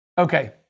Okay